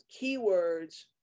keywords